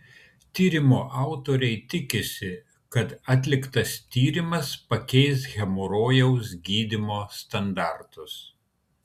tyrimo autoriai tikisi kad atliktas tyrimas pakeis hemorojaus gydymo standartus